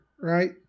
right